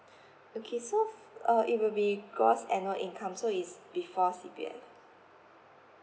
okay so uh it will be gross annual income so it's before C_P_F